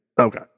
Okay